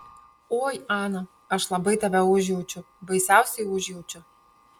oi ana aš labai tave užjaučiu baisiausiai užjaučiu